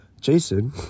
jason